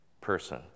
person